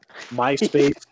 MySpace